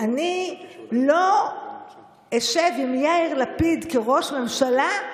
אני לא אשב עם יאיר לפיד כראש ממשלה,